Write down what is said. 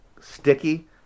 sticky